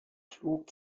flug